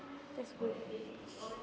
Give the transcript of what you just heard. that's good